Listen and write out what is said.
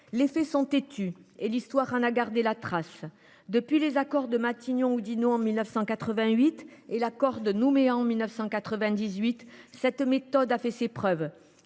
Les faits sont têtus, et l’histoire en a gardé la trace : depuis les accords de Matignon Oudinot en 1988 et l’accord de Nouméa en 1998, cette méthode a fait ses preuves.